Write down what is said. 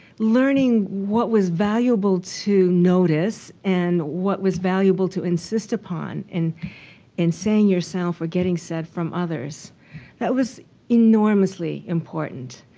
what was valuable to notice and what was valuable to insist upon, in in saying yourself or getting said from others that was enormously important.